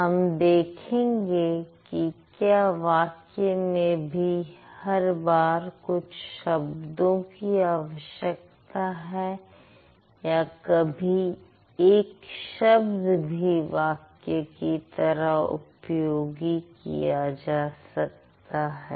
हम देखेंगे कि क्या वाक्य में भी हर बार कुछ शब्दों की आवश्यकता है या कभी एक शब्द भी वाक्य की तरह उपयोग किया जा सकता है